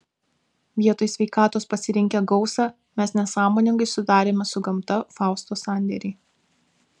vietoj sveikatos pasirinkę gausą mes nesąmoningai sudarėme su gamta fausto sandėrį